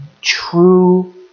True